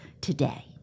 today